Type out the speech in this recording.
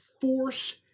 force